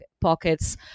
pockets